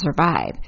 survive